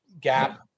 Gap